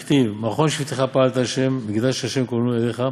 דכתיב 'מכון לשבתך פעלת ה' מקדש ה' כוננו ידיך',